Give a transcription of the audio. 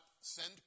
send